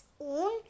own